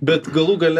bet galų gale